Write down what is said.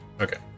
okay